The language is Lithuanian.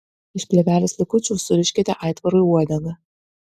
iš plėvelės likučių suriškite aitvarui uodegą